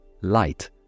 Light